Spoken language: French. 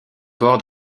port